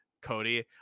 Cody